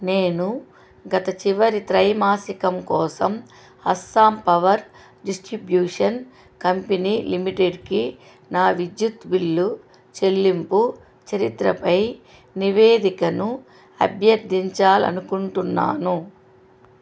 నేను గత చివరి త్రైమాసికం కోసం అస్సాం పవర్ డిస్ట్రిబ్యూషన్ కంపెనీ లిమిటెడ్కి నా విద్యుత్ బిల్లు చెల్లింపు చరిత్రపై నివేదికను అభ్యర్థించాలని అనుకుంటున్నాను